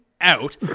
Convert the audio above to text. out